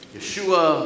Yeshua